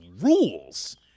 rules